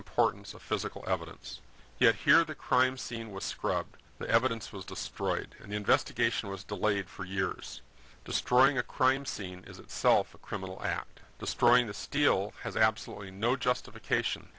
importance of physical evidence yet here the crime scene was scrubbed the evidence was destroyed an investigation was delayed for years destroying a crime scene is itself a criminal act destroying the steel has absolutely no justification